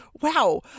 wow